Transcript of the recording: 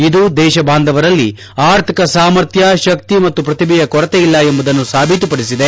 ಇದು ದೇಶ ಬಾಂಧವರಲ್ಲಿ ಅರ್ಥಿಕ ಸಾಮರ್ಥ್ಯ ಶಕ್ತಿ ಮತ್ತು ಪ್ರತಿಭೆಯ ಕೊರತೆಯಲ್ಲ ಎಂಬುದನ್ನೂ ಸಾಬೀತುಪಡಿಸಿದೆ